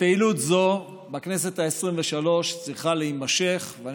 פעילות זו צריכה להימשך בכנסת העשרים-ושלוש,